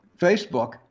Facebook